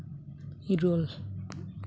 ᱤᱨᱟᱹᱞ